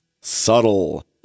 Subtle